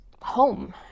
Home